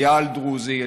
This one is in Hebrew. חייל דרוזי,